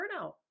burnout